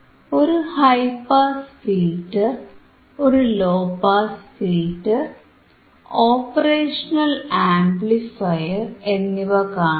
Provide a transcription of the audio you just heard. ഒരു high pass filter ഒരു low pass filter operational amplifier എന്നിവ കാണാം